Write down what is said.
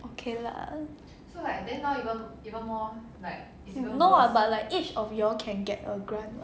okay lah no [what] but like each of you all can get a grant [what]